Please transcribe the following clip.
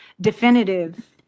definitive